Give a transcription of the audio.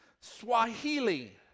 Swahili